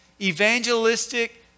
evangelistic